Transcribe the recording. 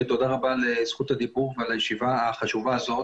ותודה רבה על זכות הדיבור ועל הישיבה החשובה הזאת.